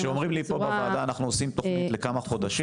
כשאומרים לי פה בוועדה אנחנו עושים תוכנית לכמה חודשים,